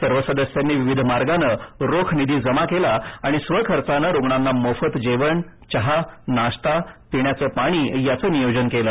सर्व सदस्यांनी विविध मार्गाने रोख निधी जमा केला आणि स्वखर्चानं रूग्णांना मोफत जेवण चहा नाश्ता पिण्याचं पाणी याचं नियोजन केलं